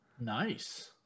Nice